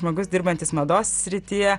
žmogus dirbantis mados srityje